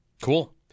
Cool